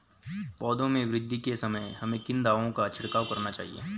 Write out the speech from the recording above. पौधों में वृद्धि के समय हमें किन दावों का छिड़काव करना चाहिए?